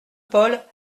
paul